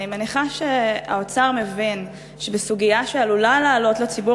אני מניחה שהאוצר מבין שבסוגיה שעלולה לעלות לציבור